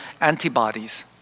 antibodies